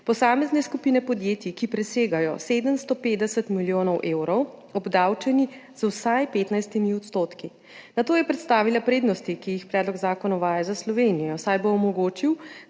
posamezne skupine podjetij, ki presegajo 750 milijonov evrov, obdavčeni z vsaj 15 %. Nato je predstavila prednosti, ki jih predlog zakona uvaja za Slovenijo, saj bo omogočil,